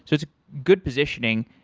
so it's good positioning.